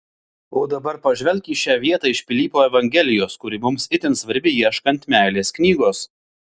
o dabar pažvelk į šią vietą iš pilypo evangelijos kuri mums itin svarbi ieškant meilės knygos